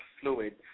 fluid